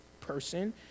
person